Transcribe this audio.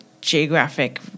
geographic